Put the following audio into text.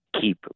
keep